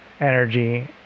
energy